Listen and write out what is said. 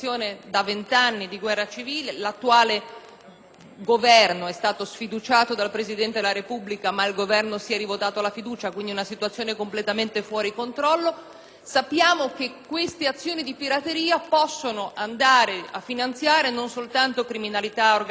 Governo è stato sfiduciato dal Presidente della Repubblica, ma si è votato di nuovo la fiducia; quindi è una situazione completamente fuori controllo. Sappiamo che queste azioni di pirateria possono finanziare non soltanto la criminalità organizzata di stampo generico, ma anche attività terroristiche.